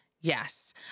Yes